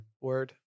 Word